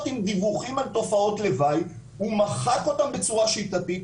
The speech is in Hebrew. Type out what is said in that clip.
עם דיווחים על תופעות לוואי הוא מחק אותן בצורה שיטתית,